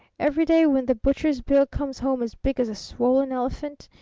every day when the butcher's bill comes home as big as a swollen elephant,